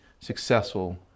successful